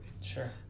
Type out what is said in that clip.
sure